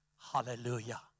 Hallelujah